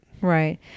right